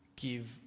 give